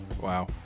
Wow